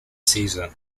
season